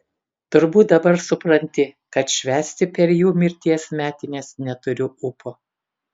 turbūt dabar supranti kad švęsti per jų mirties metines neturiu ūpo